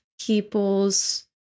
people's